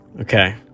Okay